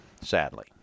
sadly